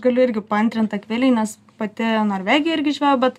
galiu irgi paantrint akvilei nes pati norvegijoj irgi žvejojau bet